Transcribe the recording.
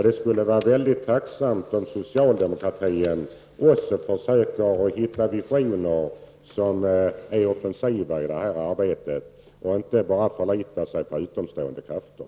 Det skulle vara tacksamt om socialdemokratin också försöker hitta visioner som är offensiva i detta arbete och inte bara förlita sig på utomstående krafter.